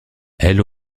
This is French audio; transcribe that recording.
elles